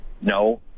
No